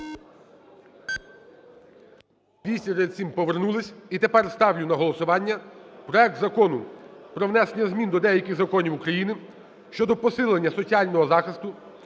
10:59:00 За-237 Повернулися. І тепер ставлю на голосування проект Закону про внесення змін до деяких законів України щодо посилення соціального захисту